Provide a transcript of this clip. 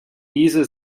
diese